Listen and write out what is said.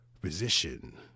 position